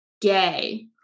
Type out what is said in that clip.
gay